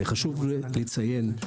חשוב לציין,